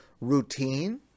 routine